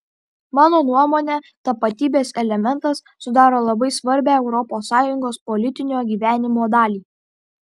mano nuomone tapatybės elementas sudaro labai svarbią europos sąjungos politinio gyvenimo dalį